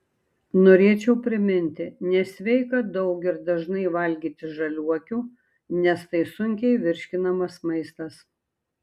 norėčiau priminti nesveika daug ir dažnai valgyti žaliuokių nes tai sunkiai virškinamas maistas